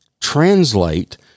translate